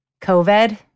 COVID